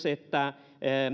että